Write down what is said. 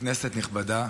נכבדה,